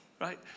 right